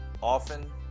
Often